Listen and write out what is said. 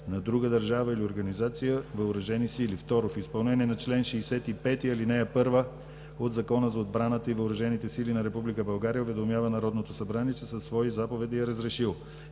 на друга държава или организация, въоръжени сили. Второ, в изпълнение на чл. 65, ал. 1 от Закона за отбраната и Въоръжените сили на Република България уведомява Народното събрание, че със свои заповеди е разрешил